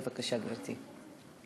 בבקשה, גברתי.